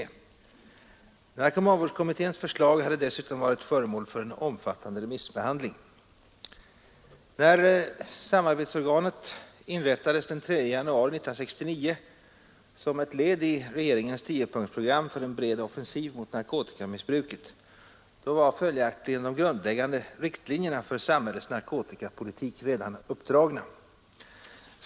Narkomanvårdskommitténs förslag hade dessutom varit föremål för en omfattande remissbehandling. När samarbetsorganet inrättades den 3 januari 1969 som ett led i regeringens tiopunktsprogram för en bred offensiv mot narkotikamissbruket, var följaktligen de grundläggande riktlinjerna för samhällets narkotikapolitik redan uppdragna.